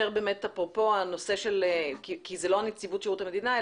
כי זה לא נציבות שירות המדינה,